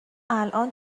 الان